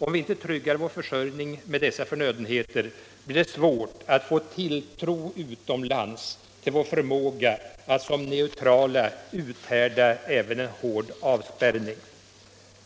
Om vi inte tryggar vår försörjning med dessa förnödenheter blir det svårt att få tilltro utomlands till vår förmåga att som neutrala uthärda även en hård avspärrning.